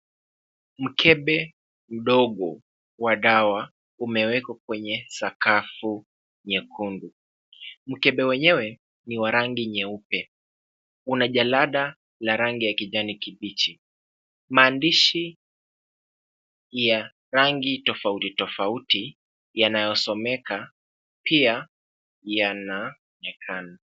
Mkebe mdogo wa dawa umewekwa kwenye sakafu nyekundu. Mkebe wenyewe ni wa rangi nyeupe. Una jalada la rangi ya kijani kibichi. Maandishi ya rangi tofauti tofauti yanayosomeka pia yanaonekana.